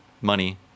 money